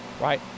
right